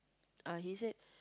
uh he said